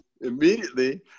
immediately